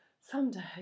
someday